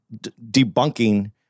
debunking